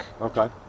Okay